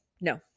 No